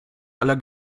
aller